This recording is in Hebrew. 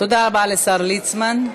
תודה רבה לשר ליצמן.